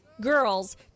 girls